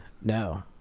no